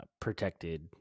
protected